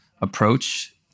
approach